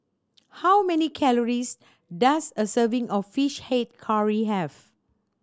how many calories does a serving of Fish Head Curry have